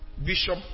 bishop